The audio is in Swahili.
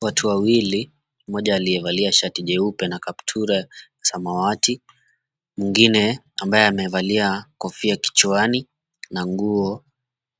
Watu wawili, mmoja aliyevalia shati jeupe na kaptura ya samawati, mwingine ambaye amevalia kofia kichwani na nguo